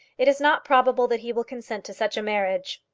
it is not probable that he will consent to such a marriage.